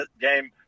game